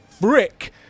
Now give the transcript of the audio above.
frick